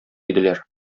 иделәр